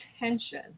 attention